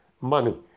money